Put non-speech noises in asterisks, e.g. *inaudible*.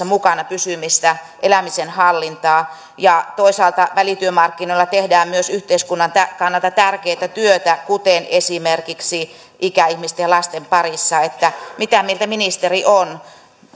*unintelligible* mukana pysymistä elämisen hallintaa toisaalta välityömarkkinoilla tehdään myös yhteiskunnan kannalta tärkeätä työtä kuten esimerkiksi ikäihmisten ja lasten parissa mitä mieltä ministeri on